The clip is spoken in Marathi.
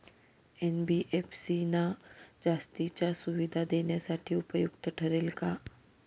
एन.बी.एफ.सी ना जास्तीच्या सुविधा देण्यासाठी उपयुक्त ठरेल का?